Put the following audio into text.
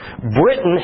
Britain